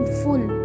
full